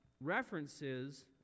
references